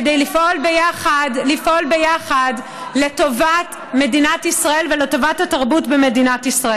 כדי לפעול ביחד לטובת מדינת ישראל ולטובת התרבות במדינת ישראל.